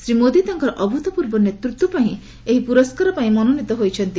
ଶ୍ରୀ ମୋଦି ତାଙ୍କର ଅଭ୍ରତପୂର୍ବ ନେତୃତ୍ୱ ପାଇଁ ଏହି ପୁରସ୍କାର ପାଇଁ ମନୋନିତ ହୋଇଛନ୍ତି